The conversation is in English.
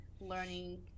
learning